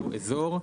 "אזור",